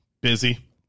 Busy